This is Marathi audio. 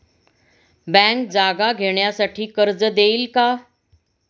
बँक जागा घेण्यासाठी कर्ज देईल का?